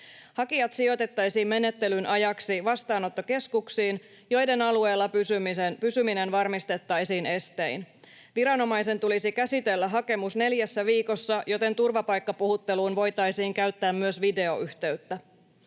Hakijat sijoitettaisiin menettelyn ajaksi vastaanottokeskuksiin, joiden alueella pysyminen varmistettaisiin estein. Viranomaisen tulisi käsitellä hakemus neljässä viikossa, joten turvapaikkapuhutteluun voitaisiin käyttää myös videoyhteyttä.